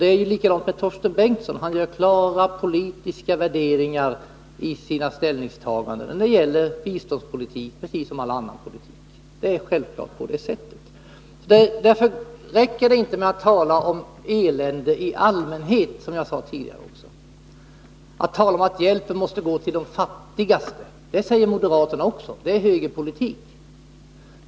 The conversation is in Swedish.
Det är likadant med Torsten Bengtson: han gör klart politiska värderingar i sina ställningstaganden när det gäller biståndspolitik, precis som i all annan politik. Det är självklart. Därför räcker det inte med att tala om elände i allmänhet, som jag också sade tidigare. Att hjälpen måste gå till de fattigaste säger moderaterna också; det är högerpolitik.